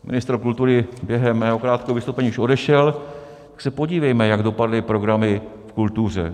Ministr kultury během mého krátkého vystoupení už odešel, tak se podívejme, jak dopadly programy v kultuře.